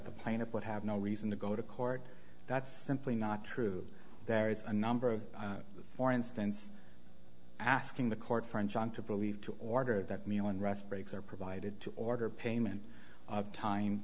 the plaintiff would have no reason to go to court that's simply not true there is a number of for instance asking the court friend john to believe to order that meal and rest breaks are provided to order payment time